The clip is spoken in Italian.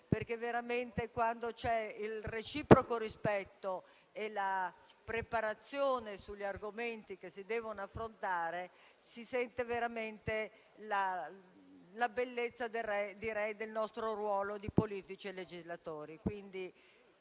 perché, veramente, quando vi è il reciproco rispetto e la preparazione sugli argomenti che si devono affrontare, si sente veramente la bellezza del nostro ruolo di politici e legislatori.